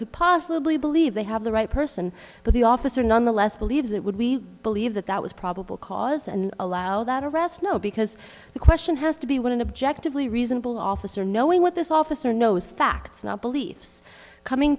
could possibly believe they have the right person but the officer nonetheless believes it would we believe that that was probable cause and allow that arrest no because the question has to be what an objective lee reasonable officer knowing what this officer knows facts not beliefs coming